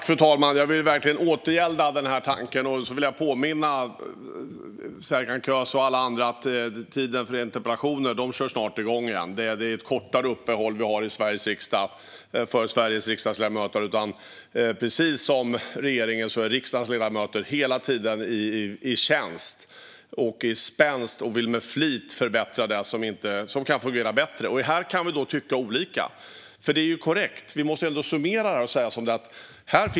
Fru talman! Jag vill verkligen återgälda den tanken! Och så vill jag påminna Serkan Köse och alla andra om att tiden för interpellationer snart är igång igen. Det är ju ett kortare uppehåll vi har för Sveriges riksdagsledamöter. Precis som regeringen är riksdagens ledamöter hela tiden i tjänst och spänst och vill med flit förbättra det som kan fungera bättre. Och här kan vi tycka olika. Vi måste summera detta.